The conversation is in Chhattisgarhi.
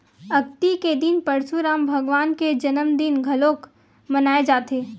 अक्ती के दिन परसुराम भगवान के जनमदिन घलोक मनाए जाथे